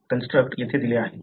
construct येथे दिली आहे